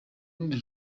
rundi